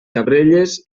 cabrelles